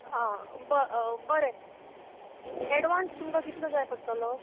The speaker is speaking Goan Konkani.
आं ब बरें एडवान्स तुमकां कितलो जाय पडटलो